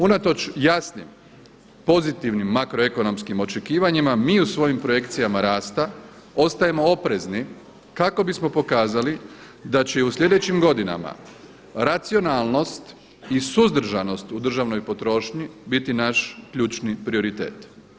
Unatoč jasnim pozitivnim makroekonomskim očekivanjima mi u svojim projekcijama rasta ostajemo oprezni kako bismo pokazali da će i u slijedećim godinama racionalnost i suzdržanost u državnoj potrošnji biti naš ključni prioritet.